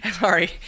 sorry